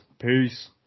Peace